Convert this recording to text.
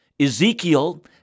Ezekiel